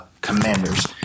Commanders